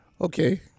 Okay